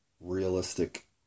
realistic